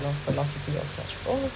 philo~ philosophy of such oh